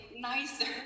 nicer